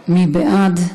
מי בעד?